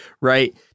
right